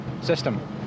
system